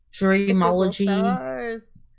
Dreamology